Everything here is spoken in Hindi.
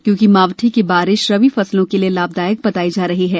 क्योंकि मावठे की बारिश रवि फसलों के लिए लाभदायक बताई जा रही है